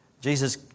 Jesus